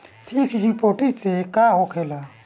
Fix deposit से का होखे ला?